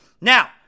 Now